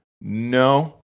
No